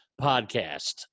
podcast